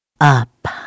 up